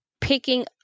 picking